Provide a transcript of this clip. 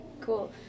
cool